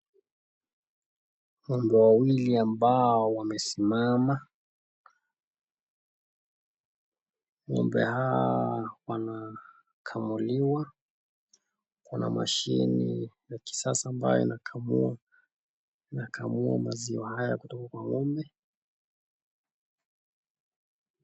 Ng'ombe wawili ambao wamesimama. Ng'ombe hawa wanakamuliwa. Kuna mashini ya kisasa ambayo inakamua. Inakamua maziwa haya kutoka kwa ng'ombe.